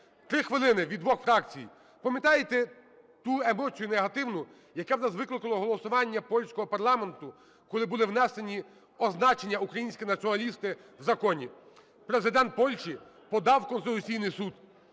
Три хвилини від двох фракцій. Пам'ятаєте ту емоцію негативну, яку у нас викликало голосування польського парламенту, коли було внесено означення "українські націоналісти" в законі? Президент Польщі подав у Конституційний Суд.